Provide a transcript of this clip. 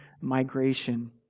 migration